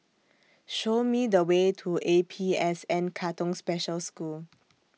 Show Me The Way to A P S N Katong Special School